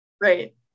Right